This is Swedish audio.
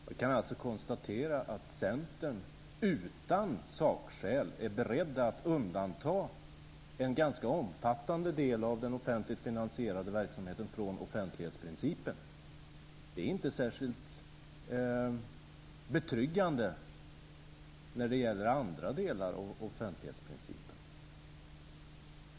Fru talman! Jag kan alltså konstatera att Centern utan sakskäl är beredd att undanta en ganska omfattande del av den offentligt finansierade verksamheten från offentlighetsprincipen. Det är inte särskilt betryggande när det gäller andra delar av offentlighetsprincipen.